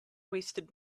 wasted